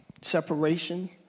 separation